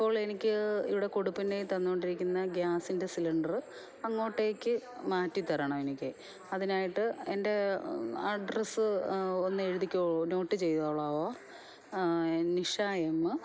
അപ്പോൾ എനിക്ക് ഇവിടെ കൊടുപ്പുന്നയിൽ തന്നു കൊണ്ടിരിക്കുന്ന ഗ്യാസിൻ്റെ സിലിണ്ടറ് അങ്ങോട്ടേക്ക് മാറ്റിത്തരണം എനിക്ക് അതിനായിട്ട് എൻ്റെ അഡ്രസ്സ് ഒന്ന് എഴുതിക്കോ നോട്ട് ചെയ്തോളാമോ നിഷ എംമ്മ്